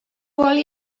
oli